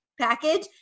package